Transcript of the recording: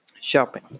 shopping